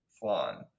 flan